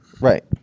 Right